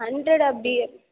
hundred அப்படி